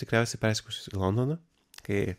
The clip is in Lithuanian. tikriausiai persikrausčius į londoną kai